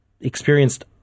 experienced